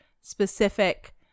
specific